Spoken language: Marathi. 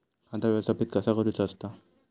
खाता व्यवस्थापित कसा करुचा असता?